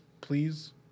please